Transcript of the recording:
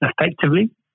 effectively